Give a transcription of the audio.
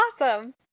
awesome